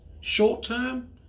short-term